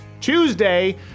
Tuesday